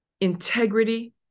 integrity